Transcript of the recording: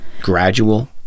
gradual